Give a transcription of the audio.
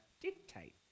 dictate